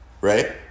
right